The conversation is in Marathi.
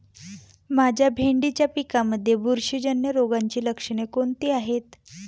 माझ्या भेंडीच्या पिकामध्ये बुरशीजन्य रोगाची लक्षणे कोणती आहेत?